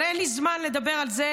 אבל אין לי זמן לדבר על זה,